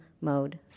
mode